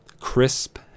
crisp